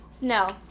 No